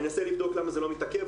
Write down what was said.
אנסה לבדוק למה זה מתעכב.